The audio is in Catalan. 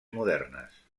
modernes